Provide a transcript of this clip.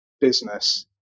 business